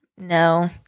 no